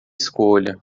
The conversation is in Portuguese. escolha